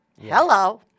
Hello